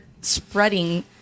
spreading